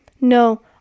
No